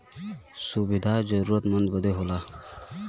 सुविधा जरूरतमन्द बदे होला